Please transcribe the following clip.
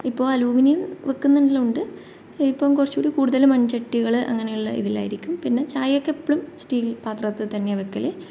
ഇപ്പോൾ അലൂമിനിയം വയ്ക്കുന്നെല്ലാമുണ്ട് ഇപ്പം കുറച്ചുകൂടി കൂടുതൽ മൺചട്ടികൾ അങ്ങനെയുള്ള ഇതിലായിരിക്കും പിന്നെ ചായയൊക്കെ എപ്പോളും സ്റ്റീൽ പാത്രത്തിൽ തന്നെയാണ് വയ്ക്കൽ